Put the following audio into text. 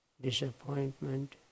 disappointment